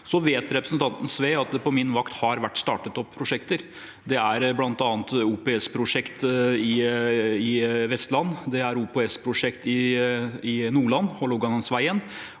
Representanten Sve vet at det på min vakt har vært startet opp prosjekter. Det er bl.a. OPS-prosjekt i Vestland, og det er OPS-prosjekt i Nordland, Hålogalandsvegen.